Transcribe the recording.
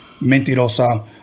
mentirosa